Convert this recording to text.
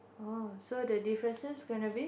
oh so the differences gonna be